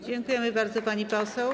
Dziękuję bardzo, pani poseł.